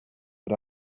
but